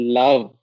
love